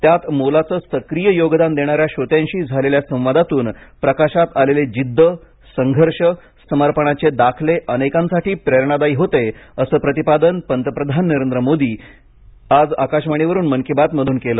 त्यात मोलाचं सक्रीय योगदान देणाऱ्या श्रोत्यांशी झालेल्या संवादातून प्रकाशात आलेले जिद्द संघर्ष समर्पणाचे दाखले अनेकांसाठी प्रेरणादायी होते असं प्रतिपादन पंतप्रधान नरेंद्र मोदी आज आकाशवाणीवरुन मन की बात मधून केलं